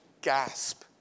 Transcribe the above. gasp